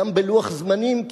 גם בלוח זמנים,